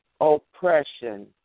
Oppression